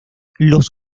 los